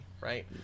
Right